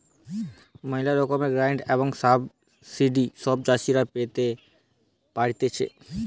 ম্যালা রকমের গ্রান্টস আর সাবসিডি সব চাষীরা পেতে পারতিছে